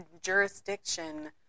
jurisdiction